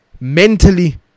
mentally